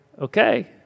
okay